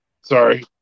sorry